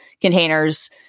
containers